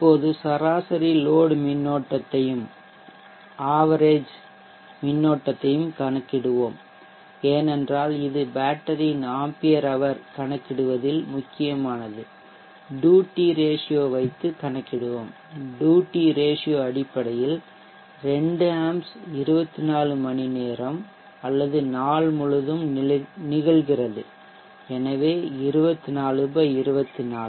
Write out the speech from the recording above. இப்போது சராசரி லோட் மின்னோட்டத்தையும் கணக்கிடுவோம் ஏனென்றால் இது பேட்டரியின் ஆம்பியர் ஹவர் கணக்கிடுவதில் முக்கியமானது டூட்டி ரேஷியோ வைத்து கணக்கிடுவோம் டூட்டி ரேஷியோ அடிப்படையில் 2 ஆம்ப்ஸ் 24 மணி நேரம் அல்லது நாள் முழுதும் நிகழ்கிறது எனவே 24 24